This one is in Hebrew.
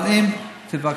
אבל אם תבקשי,